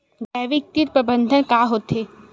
जैविक कीट प्रबंधन का होथे?